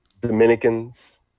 Dominicans